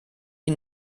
die